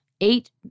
eight